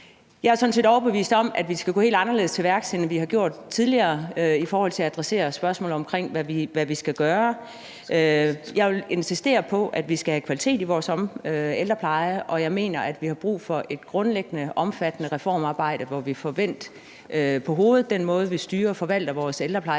set overbevist om, at vi skal gå helt anderledes til værks, end vi har gjort tidligere, i forhold til at adressere spørgsmålet om, hvad vi skal gøre. Jeg vil insistere på, at vi skal have kvalitet i vores ældrepleje, og jeg mener, at vi har brug for et grundlæggende og omfattende reformarbejde, hvor vi får vendt den måde, vi styrer og forvalter vores ældrepleje